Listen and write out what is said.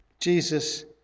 Jesus